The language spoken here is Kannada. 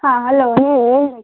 ಹಾಂ ಹಲೋ ಹೇಳಿ ಏನು ಬೇಕಿತ್ತು